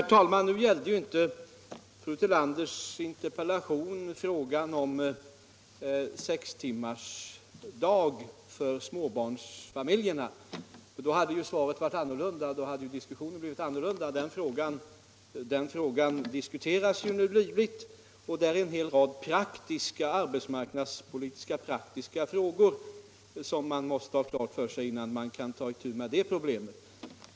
Herr talman! Fru Tillanders interpellation gällde ju inte frågan om sextimmarsdag för småbarnsfamiljerna. I så fall hade svaret varit annorlunda och även diskussionen hade blivit annorlunda. Den frågan diskuteras nu livligt, men det är en hel rad arbetsmarknadspolitiska praktiska frågor som man måste ha klarat ut innan man kan ta itu med det problemet.